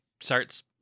starts